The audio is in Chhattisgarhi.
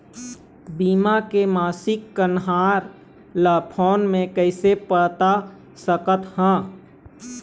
बीमा के मासिक कन्हार ला फ़ोन मे कइसे पता सकत ह?